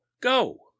go